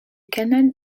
canal